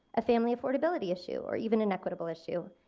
a family affordability issue or even an equitable issue.